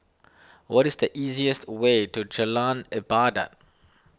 what is the easiest way to Jalan Ibadat